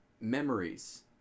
memories